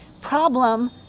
problem